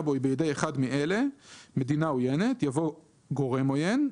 בו היא בידי אחד מאלה: מדינה עוינת" יבוא "גורם עוין".